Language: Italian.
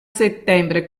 settembre